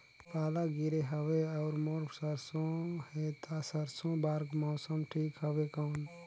पाला गिरे हवय अउर मोर सरसो हे ता सरसो बार मौसम ठीक हवे कौन?